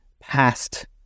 past